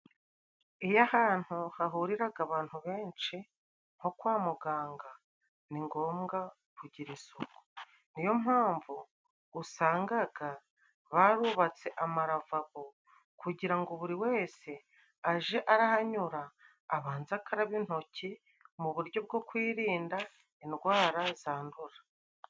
Iyo ahantu hahuriraga abantu benshi nko kwa muganga ni ngombwa kugira isuku niyo mpamvu usangaga barubatse amaravabo kugira ngo buri wese aje arahanyura abanze akarabe intoki mu buryo bwo kwirinda indwara zandura.